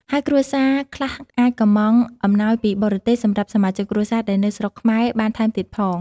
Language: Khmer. ហើយគ្រួសារខ្លះអាចកុម្ម៉ង់អំណោយពីបរទេសសម្រាប់សមាជិកគ្រួសារដែលនៅស្រុកខ្មែរបានថែមទៀតផង។